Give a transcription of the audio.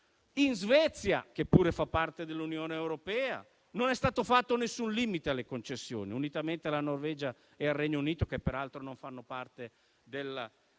In Svezia, che pure fa parte dell'Unione europea, non è stato posto alcun limite alle concessioni, unitamente alla Norvegia e al Regno Unito, che peraltro non fanno parte